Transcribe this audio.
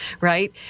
right